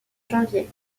janvier